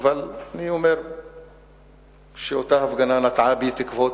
אבל אני אומר שאותה הפגנה נטעה בי תקוות.